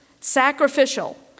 sacrificial